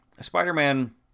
spider-man